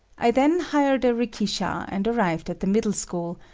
i then hired a rikisha and arrived at the middle school,